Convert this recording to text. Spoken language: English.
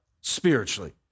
spiritually